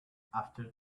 after